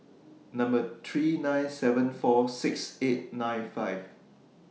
Number three nine seven four six eight nine five